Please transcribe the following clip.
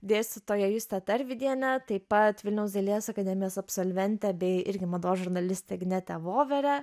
dėstytoją justę tarvydienę taip pat vilniaus dailės akademijos absolventę bei irgi mados žurnalistę agnetę voverę